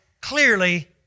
clearly